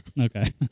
Okay